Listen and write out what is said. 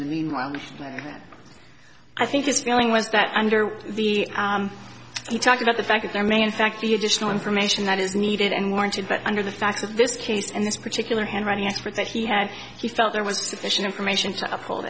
mister i think his feeling was that under the he talked about the fact that there may in fact the additional information that is needed and warranted but under the facts of this case and this particular handwriting expert that he had he felt there was sufficient information to uphold